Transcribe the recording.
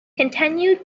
continued